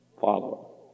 Follow